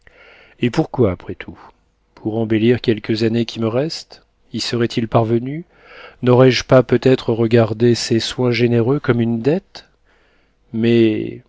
et pourquoi après tout pour embellir quelques années qui me restent y serait-il parvenu naurai je pas peut-être regardé ses soins généreux comme une dette mais